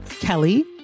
Kelly